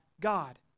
God